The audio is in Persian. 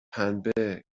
پنبه